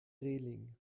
reling